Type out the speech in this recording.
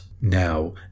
Now